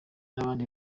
n’abandi